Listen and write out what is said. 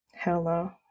Hello